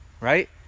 right